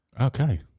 Okay